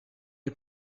est